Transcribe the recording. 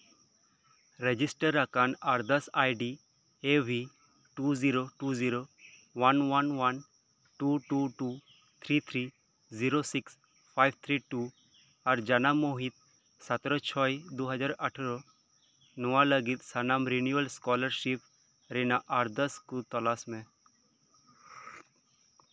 register ᱟᱠᱟᱱ ᱟᱨᱫᱟᱥ ID A B two zero two zero one one two two two three three zero six five three two ᱟᱨ ᱡᱟᱱᱟᱢ ᱢᱟᱹᱦᱤᱛ ᱥᱚᱛᱮᱨᱚ ᱪᱷᱚᱭ ᱫᱩ ᱦᱟᱡᱟᱨ ᱟᱴᱷᱮᱨᱚ ᱚᱱᱟ ᱞᱟᱹᱜᱤᱫ ᱥᱟᱱᱟᱢ ᱨᱮᱱᱩᱣᱟᱞ ᱥᱠᱚᱞᱟᱨᱥᱤᱯ ᱟᱨᱫᱟᱥ ᱠᱚ ᱛᱚᱞᱟᱥ ᱢᱮ